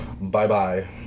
Bye-bye